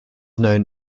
known